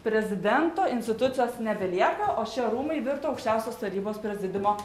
prezidento institucijos nebelieka o šie rūmai virto aukščiausios tarybos prezidiumo